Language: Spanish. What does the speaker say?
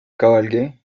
cabalgué